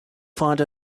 fond